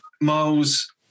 Miles